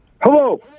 Hello